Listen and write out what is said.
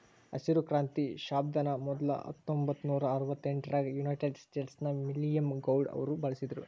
ಹಸಿರು ಕ್ರಾಂತಿ ಶಬ್ದಾನ ಮೊದ್ಲ ಹತ್ತೊಂಭತ್ತನೂರಾ ಅರವತ್ತೆಂಟರಾಗ ಯುನೈಟೆಡ್ ಸ್ಟೇಟ್ಸ್ ನ ವಿಲಿಯಂ ಗೌಡ್ ಅವರು ಬಳಸಿದ್ರು